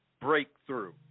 breakthrough